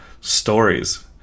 stories